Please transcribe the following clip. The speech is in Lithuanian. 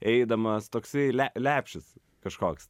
eidamas toksai le lepšis kažkoks